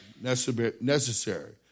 necessary